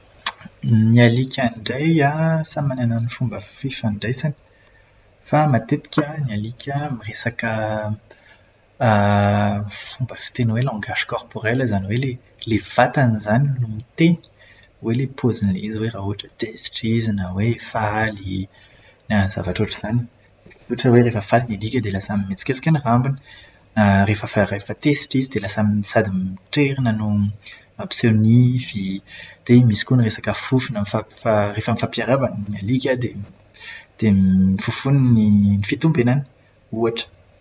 Ny alika indray an, samy manana ny fomba fifandraisany. Fa matetika ny alika miresaka fomba fiteny hoe "langage corporel" izany hoe ilay vatany izany no miteny, hoe ilay paozin'ilay izy hoe raha ohatra hoe tezitra izy na hoe faly, na zavatra ohatr'izany. Hoe rehefa faly ny alika dia lasa mihetsiketsika ny rambony. Rehefa fa- rehefa tezitra izy dia lasa sady mitrerona no mampiseho nify, dia misy koa ny resaka fofona. Mifampi- fa- rehefa mifampiarahaba ny alika dia dia mifonony ny fitombenany ohatra.